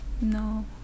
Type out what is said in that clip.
No